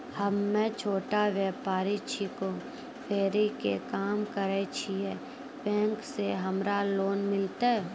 हम्मे छोटा व्यपारी छिकौं, फेरी के काम करे छियै, बैंक से हमरा लोन मिलतै?